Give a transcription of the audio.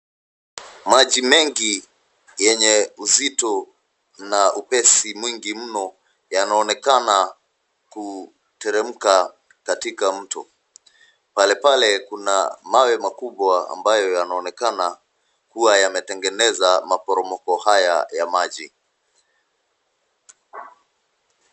Maji mengi yenye uzito na upesi mwingi mno yanaonekana kuteremka katika mto. Pale pale kuna mawe makubwa ambayo yanaonekana kuwa yametengeneza maporomoko haya ya maji.